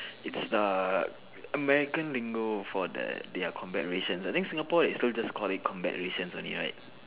it's a American lingo for the their combat rations I think Singapore is still call it combat rations only right